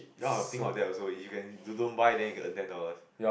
now I think of that also if you can you don't buy then you get your ten dollars